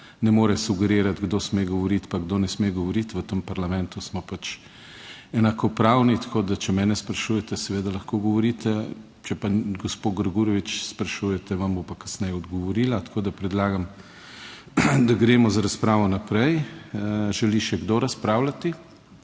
ne more sugerirati, kdo sme govoriti pa kdo ne sme govoriti. V tem parlamentu smo pač enakopravni, tako da če mene sprašujete, seveda lahko govorite, če pa gospod Grgurevič sprašujete, vam bo pa kasneje odgovorila. Tako, da predlagam, da gremo z razpravo naprej. Želi še kdo razpravljati?